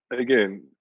again